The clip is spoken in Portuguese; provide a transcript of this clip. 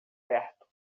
perto